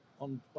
on